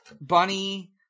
Bunny